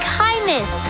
kindness